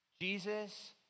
Jesus